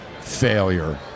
failure